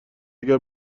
اگر